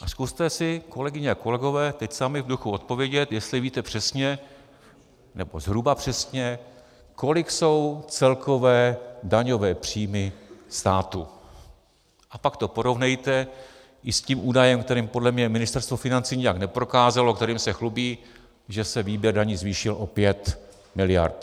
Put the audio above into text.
A zkuste si, kolegyně a kolegové, teď sami v duchu odpovědět, jestli víte přesně, nebo zhruba přesně, kolik jsou celkové daňové příjmy státu, a pak to porovnejte i s tím údajem, kterým podle mě Ministerstvo financí nijak neprokázalo, kterým se chlubí, že se výběr daní zvýšil o 5 miliard.